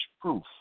proof